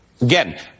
Again